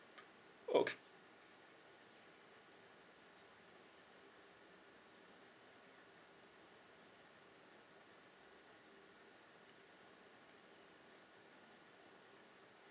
okay